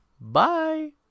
Bye